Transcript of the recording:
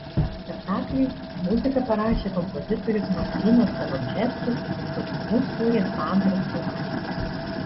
spektakliui muziką parašė kompozitorius martynas bialobžeskis kostiumus kūrė sandra straukaitė